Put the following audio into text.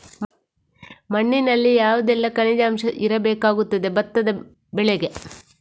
ಮಣ್ಣಿನಲ್ಲಿ ಯಾವುದೆಲ್ಲ ಖನಿಜ ಅಂಶ ಇರಬೇಕಾಗುತ್ತದೆ ಭತ್ತದ ಬೆಳೆಗೆ?